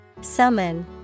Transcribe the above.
Summon